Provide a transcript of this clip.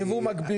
דבר שני,